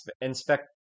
inspect